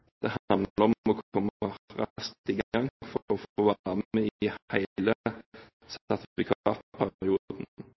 handler om å komme raskt i gang for å få være med i hele